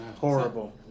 Horrible